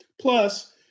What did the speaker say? Plus